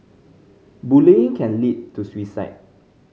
bullying can lead to suicide